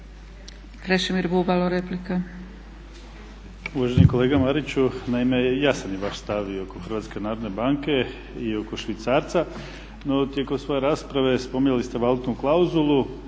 Hrvatske narodne banke i oko švicarca. No, tijekom svoje rasprave spominjali ste valutnu klauzulu